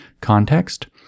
context